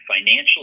financial